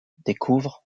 découvre